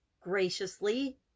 graciously